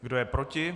Kdo je proti?